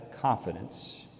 confidence